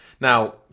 Now